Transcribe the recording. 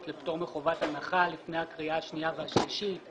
לפטור מחובת הנחה לפני הקריאה השניה והשלישית.